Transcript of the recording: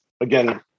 again